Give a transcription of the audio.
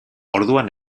orduan